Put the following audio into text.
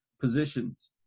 positions